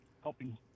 helping